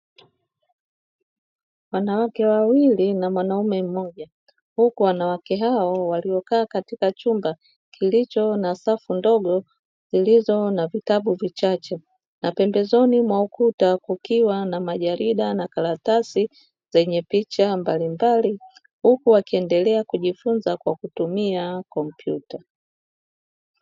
Wanawake wawili na mwanaume mmoja, huku wanawake hao waliokaa katika chumba kimoja kilicho na safu ndogo zilizo na vitabu vichache, na pembezoni mwa ukuta kukiwa na majalida na karatasi zenye picha mbalimbali; huku wakiendelea kujifunza kwa kutumia kompyuta.